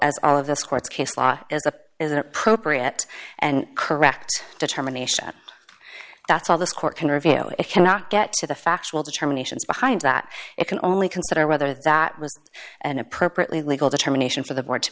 as all of this court's case law as a is an appropriate and correct determination that's all this court can review it cannot get to the factual determinations behind that it can only consider whether that was an appropriate legal determination for the board to